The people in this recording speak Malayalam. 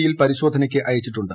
യിൽ പരിശോധനയ്ക്ക് അയച്ചിട്ടുണ്ട്